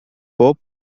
بوب